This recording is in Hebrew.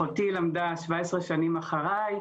אחותי למדה 17 שנים אחרי.